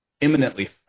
imminently